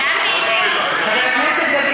חבר הכנסת דוד